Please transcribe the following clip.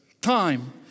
time